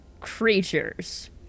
creatures